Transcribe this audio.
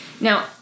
Now